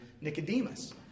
Nicodemus